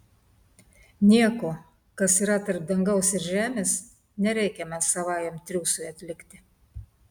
nieko kas yra tarp dangaus ir žemės nereikia man savajam triūsui atlikti